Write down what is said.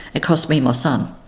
it cost me my son.